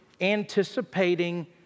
anticipating